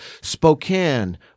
spokane